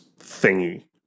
thingy